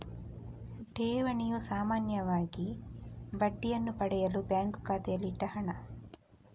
ಠೇವಣಿಯು ಸಾಮಾನ್ಯವಾಗಿ ಬಡ್ಡಿಯನ್ನ ಪಡೆಯಲು ಬ್ಯಾಂಕು ಖಾತೆಯಲ್ಲಿ ಇಟ್ಟ ಹಣ